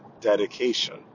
dedication